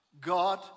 God